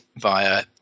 via